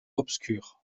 obscures